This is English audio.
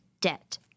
debt